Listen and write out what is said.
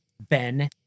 Ben